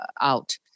out